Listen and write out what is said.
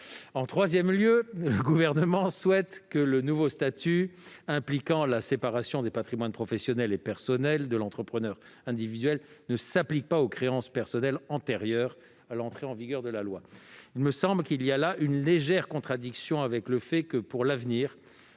Troisièmement, le Gouvernement souhaite que le nouveau statut impliquant la séparation des patrimoines professionnels et personnels de l'entrepreneur individuel ne s'applique pas aux créances personnelles antérieures à l'entrée en vigueur de la loi. Il me semble qu'il y a là une légère contradiction avec le fait que, pour l'avenir,